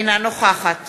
אינה נוכחת